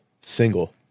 single